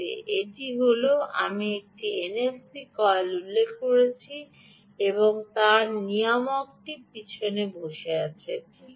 এটি হল আমি এনএফসি কয়েলটি উল্লেখ করেছি এবং তার নিয়ামকটি পিছনে বসে আছে ঠিক আছে